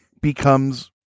becomes